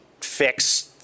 fix